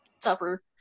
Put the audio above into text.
tougher